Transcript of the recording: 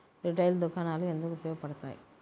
Retail దుకాణాలు ఎందుకు ఉపయోగ పడతాయి?